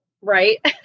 Right